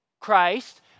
Christ